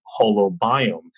holobiome